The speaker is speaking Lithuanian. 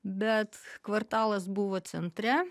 bet kvartalas buvo centre